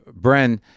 Bren